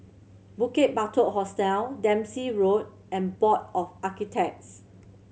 Bukit Batok Hostel Dempsey Road and Board of Architects